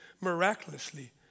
miraculously